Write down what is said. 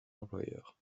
employeur